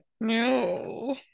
no